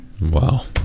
Wow